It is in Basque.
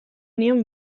nion